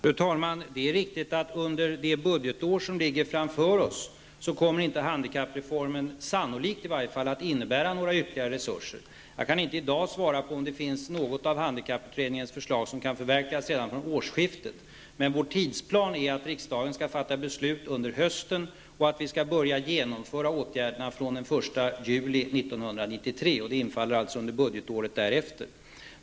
Fru talman! Det är riktigt att handikappreformen under det budgetår som ligger framför oss sannolikt inte kommer att innebära några ytterligare resurser. Jag kan i dag inte svara på om det finns något av handikapputredningens förslag som kan förverkligas redan vid årskiftet, men vår tidsplan är att riksdagen skall fatta beslut under hösten och att vi skall börja genomföra åtgärderna den 1 juli 1993. Det infaller alltså under budgetåret därefter.